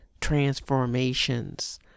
transformations